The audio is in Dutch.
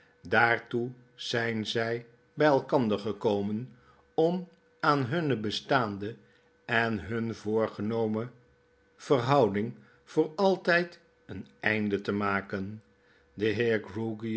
daartoe zijn zy by elkander gekomen om aan hunne bestaande en hunne voorgenomen verhouding voor altyd een einde te maken